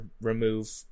remove